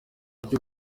buryo